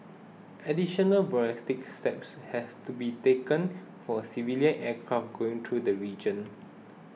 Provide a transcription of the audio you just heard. additional steps have to be taken for civilian aircraft going through the region